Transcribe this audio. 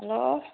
hello